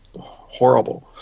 horrible